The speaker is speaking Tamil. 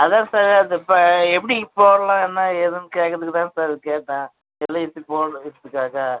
அதுதான் சார் அது இப்போ எப்படி போடலாம் என்ன ஏதுன்னு கேட்குறத்துக்கு தான் சார் கேட்டேன் எல்ஐசி போடுற விஷயத்துக்காக